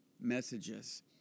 messages